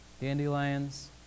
Dandelions